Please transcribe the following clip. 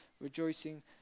rejoicing